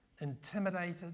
intimidated